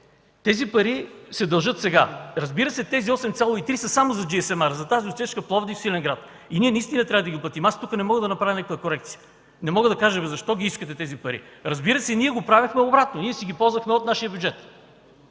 Тези пари се дължат сега. Разбира се, тези 8,3 са само за GSМ-R, за тази отсечка Пловдив – Свиленград. И ние наистина трябва да ги платим. Аз тук не мога да направя някаква корекция. Не мога да кажа: „Защо ги искате тези пари?“ Разбира се, ние го правехме обратно, ние си ги ползвахме от нашия бюджет.